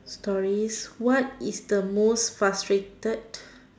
stories what is the most frustrated